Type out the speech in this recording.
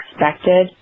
expected